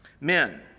Men